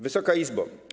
Wysoka Izbo!